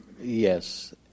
Yes